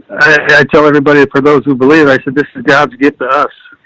yeah i tell everybody for those who believe i said this, his dad to get to us.